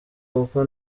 kuko